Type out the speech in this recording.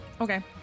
okay